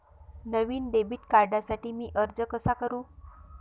नवीन debit कार्डसाठी मी अर्ज कसा करू?